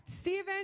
Stephen